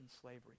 slavery